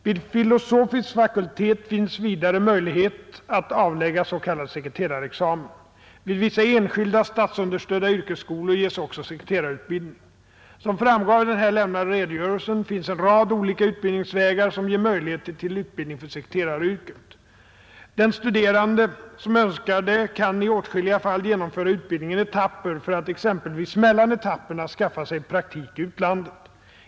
Vid filosofisk fakultet finns vidare möjlighet att avlägga s.k. sekreterarexamen. Vid vissa enskilda statsunderstödda yrkesskolor ges också sekreterarutbildning. Som framgår av den här lämnade redogörelsen finns en rad olika utbildningsvägar som ger möjlighet till utbildning för sekreteraryrket. Den studerande som önskar det kan i åtskilliga fall genomföra utbildningen i etapper för att exempelvis mellan etapperna skaffa sig praktik i utlandet.